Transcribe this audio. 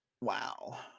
Wow